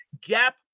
gap